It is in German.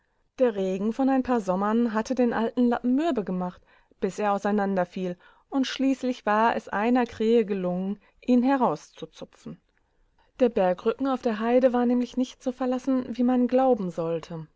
der regen von ein paar sommern hatte den alten lappen mürbe gemacht bis er auseinander fiel und schließlich war es einer krähegelungen ihnherauszuzupfen der bergrücken auf der heide war nämlich nicht so verlassen wie man glauben sollte